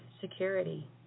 security